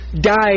died